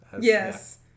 Yes